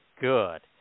good